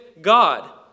God